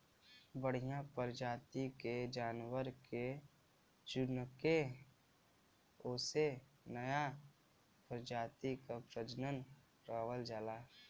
बढ़िया परजाति के जानवर के चुनके ओसे नया परजाति क प्रजनन करवावल जाला